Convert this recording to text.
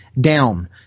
down